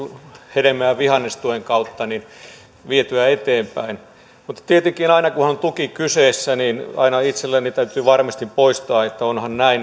hedelmä ja ja vihannestuen kautta vietyä eteenpäin mutta tietenkin aina kun on tuki kyseessä itselleni täytyy varmistin poistaa että onhan näin